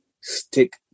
Stick